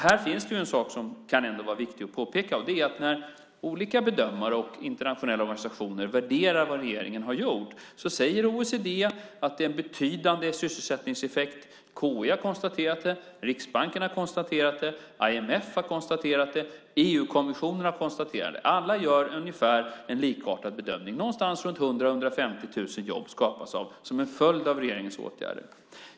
Här finns något som är viktigt att påpeka, nämligen att när olika bedömare och internationella organisationer värderar vad regeringen har gjort säger OECD att det är en betydande sysselsättningseffekt, KI har konstaterat det, Riksbanken har konstaterat det, IMF har konstaterat det och EU-kommissionen har konstaterat det. Alla gör en likartad bedömning: Någonstans runt 100 000-150 000 jobb skapas som en följd av regeringens åtgärder.